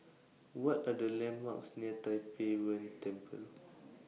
What Are The landmarks near Tai Pei Yuen Temple